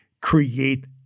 create